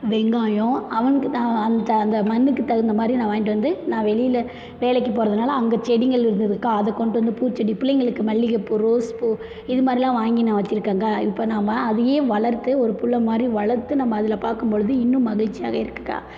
வெங்காயம் அவனுக்கு அந்த அந்த மண்ணுக்கு தகுந்த மாதிரி நான் வாங்கிட்டு வந்து நான் வெளியில் வேலைக்கு போகிறதுனால அங்கே செடிகள் இருந்ததுக்கா அதை கொண்ட்டு வந்து பூச்செடி பிள்ளைகளுக்கு மல்லிகை பூ ரோஸ் பூ இது மாதிரிலாம் வாங்கி நான் வெச்சிருக்கேங்க்கா இப்போ நாம அதையே வளர்த்து ஒரு புள்ளை மாதிரி வளர்த்து நம்ம அதில் பார்க்கும்பொழுது இன்னும் மகிழ்ச்சியாக இருக்குதுக்கா